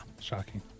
shocking